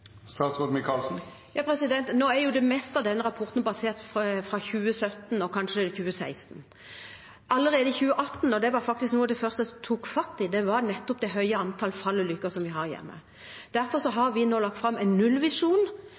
Det meste av denne rapporten er basert på 2017 og kanskje 2016. Noe av det første jeg tok fatt i, var nettopp det høye antall fallulykker som vi har i hjemmet. Derfor har vi nå lagt fram en nullvisjon